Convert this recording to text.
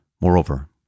Moreover